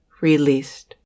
released